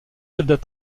soldats